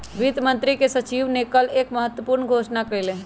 वित्त मंत्री के सचिव ने कल एक महत्वपूर्ण घोषणा कइलय